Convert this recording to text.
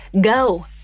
go